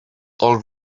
old